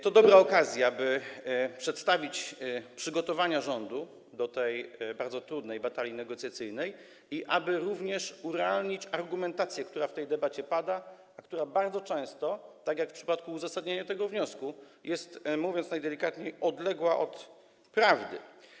To dobra okazja, by przedstawić przygotowania rządu do tej bardzo trudnej batalii negocjacyjnej i by również urealnić argumentację, która w tej debacie pada, a która bardzo często, tak jak w przypadku uzasadnienia tego wniosku, jest, mówiąc najdelikatniej, odległa od prawdy.